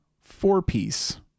four-piece